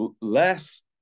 less